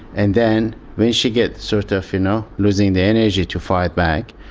and then when she gets sort of you know losing the energy to fight back,